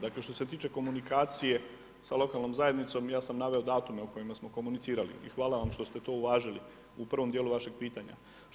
Dakle, što se tiče komunikacije sa lokalnom zajednicom, ja sam naveo datume o kojima smo komunicirali i hvala vam što ste to uvažili u prvom dijelu vašeg pitanja.